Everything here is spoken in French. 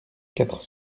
quatre